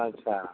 अच्छा